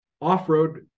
off-road